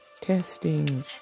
testing